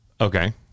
Okay